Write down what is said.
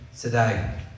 today